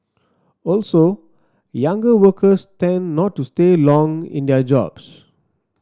also younger workers tend not to stay long in their jobs